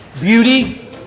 beauty